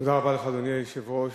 אדוני היושב-ראש,